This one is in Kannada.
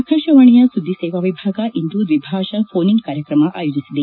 ಆಕಾಶವಾಣಿಯ ಸುಧ್ನಿ ಸೇವಾ ವಿಭಾಗ ಇಂದು ದ್ನಿಭಾಷಾ ಫೋನ್ ಇನ್ ಕಾರ್ಯಕ್ರಮ ಆಯೋಜಿಸಿದೆ